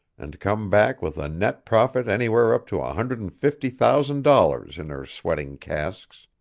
and come back with a net profit anywhere up to a hundred and fifty thousand dollars in her sweating casks.